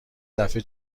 دفعه